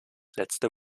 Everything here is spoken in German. letzte